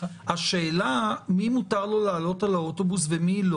השאלה למי מותר לעלות על האוטובוס ולמי לא